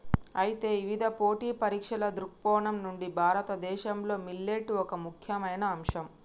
అయితే ఇవిధ పోటీ పరీక్షల దృక్కోణం నుండి భారతదేశంలో మిల్లెట్లు ఒక ముఖ్యమైన అంశం